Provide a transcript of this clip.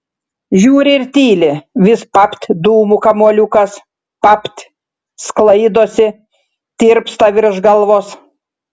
žiūri ir tyli vis papt dūmų kamuoliukas papt sklaidosi tirpsta virš galvos